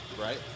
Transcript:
Right